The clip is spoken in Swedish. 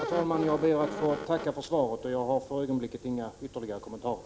Herr talman! Jag ber att få tacka för svaret. Jag har för ögonblicket inga ytterligare kommentarer.